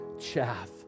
chaff